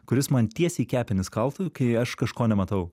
kuris man tiesiai į kepenis kaltų kai aš kažko nematau